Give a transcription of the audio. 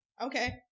okay